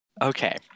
Okay